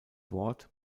wort